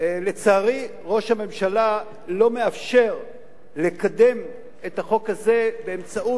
לצערי ראש הממשלה לא מאפשר לקדם את החוק הזה באמצעות